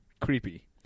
creepy